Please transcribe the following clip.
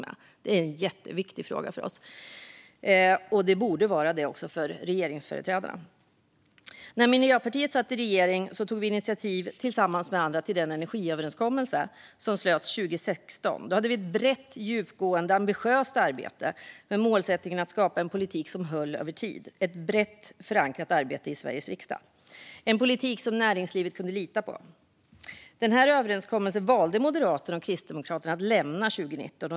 Detta är en jätteviktig fråga för oss. Det borde det vara även för regeringsföreträdarna. När Miljöpartiet satt i regeringen tog vi tillsammans med andra initiativ till den energiöverenskommelse som slöts 2016. Det var ett brett, djupgående och ambitiöst arbete med målsättningen att skapa politik som skulle hålla över tid och som var brett förankrad i Sveriges riksdag. Det skulle vara politik som näringslivet kunde lita på. Den överenskommelsen valde Moderaterna och Kristdemokraterna att lämna 2019.